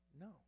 no